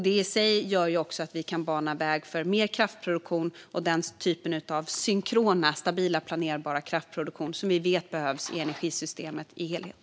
Det i sig gör också att vi kan bana väg för mer kraftproduktion och den typen av synkron, stabil och planerbar kraftproduktion som vi vet behövs i energisystemet som helhet.